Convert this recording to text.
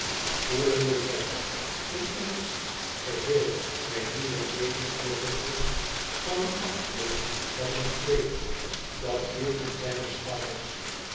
voelende dat ineens geheel zijne nieuwe levensberusting van hem afgleed als een kleed dat viel van zijne schouders